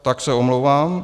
Tak se omlouvám.